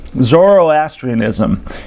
Zoroastrianism